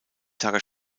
tage